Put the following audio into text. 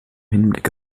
hinblick